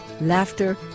laughter